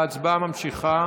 ההצבעה ממשיכה.